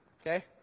Okay